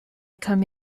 come